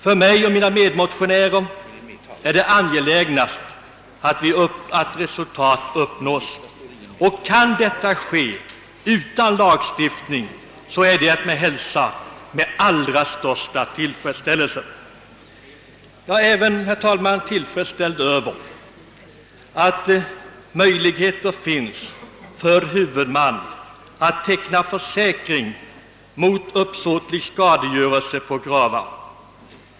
För mig och mina medmotionärer är det mest angeläget att resultat uppnås, och kan detta ske utan lagstiftning är det att hälsa med den allra största tillfredsställelse. Jag är även, herr talman, tillfredsställd över att möjligheter finns för huvudman att ta försäkring mot uppsåtlig skadegörelse på gravar.